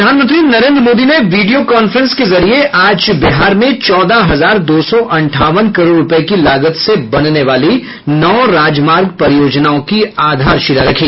प्रधानमंत्री नरेन्द्र मोदी ने video conference के जरिये आज बिहार में चौदह हजार दो सौ अंठावन करोड़ रुपये की लागत से बनने वाली नौ राजमार्ग परियोजनाओं की आधारशिला रखी